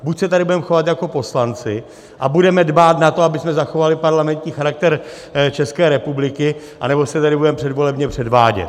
Buď se tady budeme chovat jako poslanci a budeme dbát na to, abychom zachovali parlamentní charakter České republiky, anebo se tady budeme předvolebně předvádět.